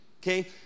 Okay